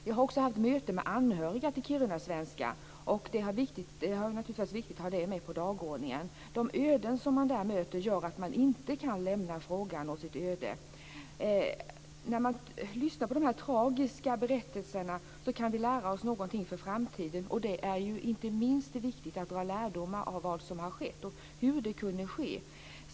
Vi har också haft möten med anhöriga till kirunasvenskar, och det har naturligtvis varit viktigt att ha det med på dagordningen. De öden som man där möter gör att man inte kan lämna frågan. När vi lyssnar på dessa tragiska berättelser kan vi lära oss någonting för framtiden. Det är inte minst viktigt att dra lärdomar av vad som har skett och hur det kunde ske.